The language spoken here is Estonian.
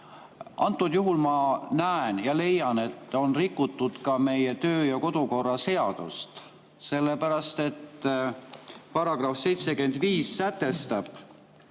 Antud juhul ma näen ja leian, et on rikutud ka meie kodu‑ ja töökorra seadust. Sellepärast et § 75 sätestab